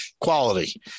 quality